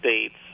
states